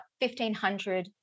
1,500